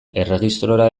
erregistrora